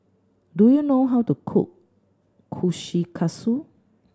do you know how to cook Kushikatsu